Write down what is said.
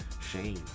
Shame